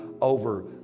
over